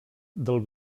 del